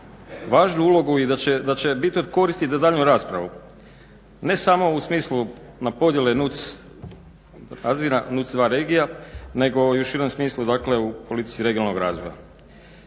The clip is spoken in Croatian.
važnu ulogu i da će biti od koristi za daljnju raspravu, ne samo u smislu na podjele NUC 2 regija, nego i u širem smislu dakle u politici regionalnog razvoja.